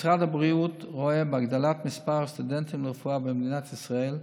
משרד הבריאות רואה בהגדלת מספר הסטודנטים לרפואה במדינת ישראל,